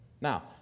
Now